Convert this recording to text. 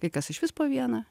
kai kas išvis po vieną